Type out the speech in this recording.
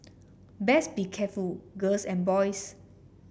best be careful girls and boys